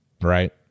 Right